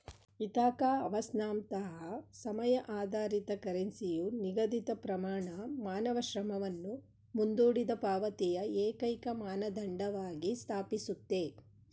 Ithaca ಅವರ್ಸ್ನಂತಹ ಸಮಯ ಆಧಾರಿತ ಕರೆನ್ಸಿಯು ನಿಗದಿತಪ್ರಮಾಣ ಮಾನವ ಶ್ರಮವನ್ನು ಮುಂದೂಡಿದಪಾವತಿಯ ಏಕೈಕಮಾನದಂಡವಾಗಿ ಸ್ಥಾಪಿಸುತ್ತೆ